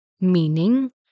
meaning